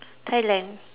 Thailand